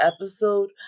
episode